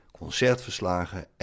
concertverslagen